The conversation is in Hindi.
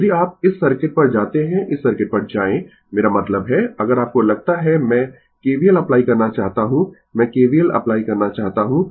यदि आप इस सर्किट पर जाते है इस सर्किट पर जाएं मेरा मतलब है अगर आपको लगता है मैं KVL अप्लाई करना चाहता हूं मैं KVL अप्लाई करना चाहता हूं